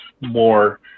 more